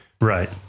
Right